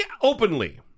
openly